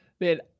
Man